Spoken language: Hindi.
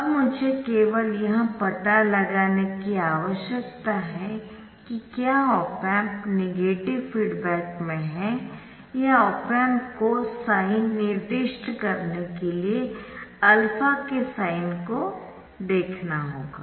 अब मुझे केवल यह पता लगाने की आवश्यकता है कि क्या ऑप एम्प नेगेटिव फीडबैक में है या ऑप एम्प को साइन निर्दिष्ट करने के लिए α के साइन को देखना होगा